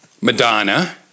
Madonna